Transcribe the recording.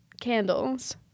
candles